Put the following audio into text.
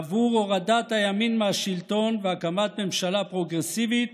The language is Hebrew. עבור הורדת הימין מהשלטון והקמת ממשלה פרוגרסיבית